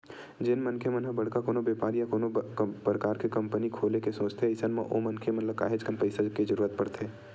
जेन मनखे मन ह बड़का कोनो बेपार या कोनो परकार के कंपनी खोले के सोचथे अइसन म ओ मनखे मन ल काहेच कन पइसा के जरुरत परथे